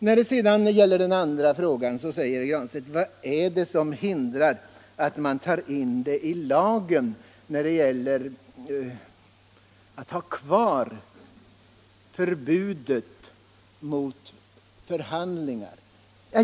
När det sedan gäller den andra frågan, om att ha kvar förbudet mot avtal, undrar herr Granstedt vad det är som hindrar att man tar in det i lagen.